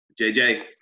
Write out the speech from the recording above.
JJ